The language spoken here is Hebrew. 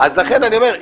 לכן אני אומר,